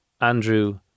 Andrew